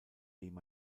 dem